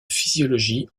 physiologie